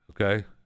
okay